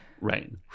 Right